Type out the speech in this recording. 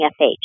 FH